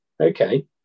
Okay